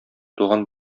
туган